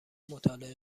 مطالعه